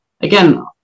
Again